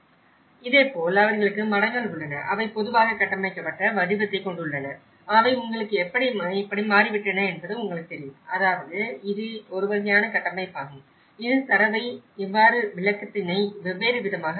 இதேபோல் அவர்களுக்கு மடங்கள் உள்ளன அவை பொதுவாக கட்டமைக்கப்பட்ட வடிவத்தைக் கொண்டுள்ளன அவை உங்களுக்கு எப்படி மாறிவிட்டன என்பது உங்களுக்குத் தெரியும் அதாவது இது ஒரு வகையான கட்டமைப்பாகும் இது தரவை இவ்வாறு விளக்கத்தினை வெவ்வேறு விதமாக வைக்கிறது